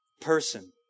person